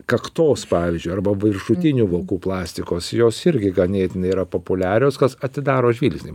kaktos pavyzdžiui arba viršutinių vokų plastikos jos irgi ganėtinai yra populiarios kas atidaro žvilgsnį